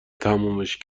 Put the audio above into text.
تمومش